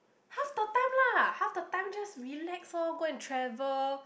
half the time lah half the time just relax lor go and travel